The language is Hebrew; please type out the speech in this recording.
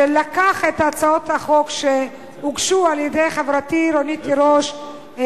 שלקח את הצעות החוק שהוגשו על-ידי חברותי רונית תירוש,